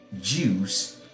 Jews